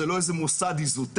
זה לא איזה מוסד איזוטרי,